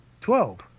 Twelve